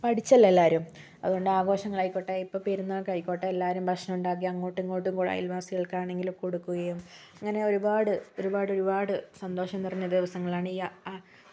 പഠിച്ചല്ലോ എല്ലാവരും അതുകൊണ്ട് ആഘോഷങ്ങളായിക്കോട്ടെ ഇപ്പം പെരുന്നാൾക്ക് ആയിക്കോട്ടെ എല്ലാവരും ഭക്ഷണം ഉണ്ടാക്കി അങ്ങോട്ടും ഇങ്ങോട്ടും അയൽവാസികൾക്കാണെങ്കിലും കൊടുക്കുകയും അങ്ങനെ ഒരുപാട് ഒരുപാടൊരുപാട് സന്തോഷം നിറഞ്ഞ ദിവസങ്ങളാണ് ഈ അ ആ